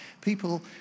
People